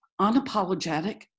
unapologetic